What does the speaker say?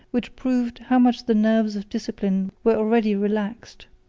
which proved how much the nerves of discipline were already relaxed.